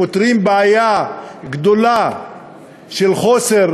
פותרים בעיה גדולה של חוסר,